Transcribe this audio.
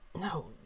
No